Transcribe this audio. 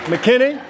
McKinney